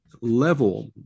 level